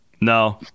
No